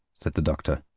said the doctor.